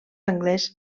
anglès